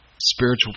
spiritual